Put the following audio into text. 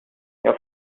your